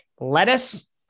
lettuce